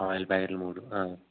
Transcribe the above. oil ప్యాకెట్లు మూడు